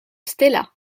stella